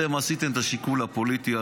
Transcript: אתם עשיתם את השיקול הפוליטי,